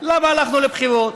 למה הלכנו לבחירות?